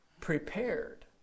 prepared